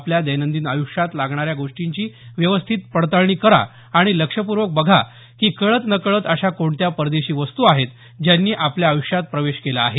आपल्या दैनंदिन आय़ष्यात लागणाऱ्या गोष्टींची व्यवस्थित पडताळणी करा आणि लक्षपूर्वक बघा की कळत नकळत अशा कोणत्या परदेशी वस्तू आहेत ज्यांनी आपल्या आय़ष्यात प्रवेश केला आहे